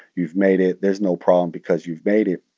you've made it. there's no problem because you've made it.